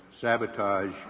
sabotage